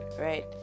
right